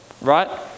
right